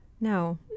No